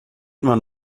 man